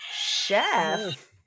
Chef